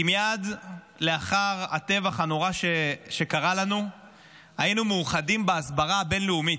כי מייד לאחר הטבח הנורא שקרה לנו היינו מאוחדים בהסברה הבין-לאומית,